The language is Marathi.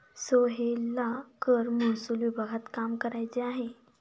सोहेलला कर महसूल विभागात काम करायचे आहे